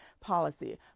policy